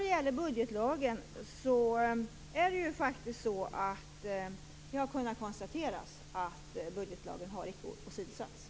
Vad gäller budgetlagen har det faktiskt kunnat konstateras att denna inte har åsidosatts.